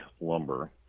Lumber